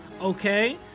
okay